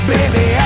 Baby